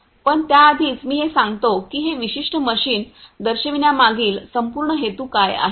पण त्याआधीच मी हे सांगतो की हे विशिष्ट मशीन दर्शविण्यामागील संपूर्ण हेतू काय आहे